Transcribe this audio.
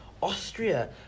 Austria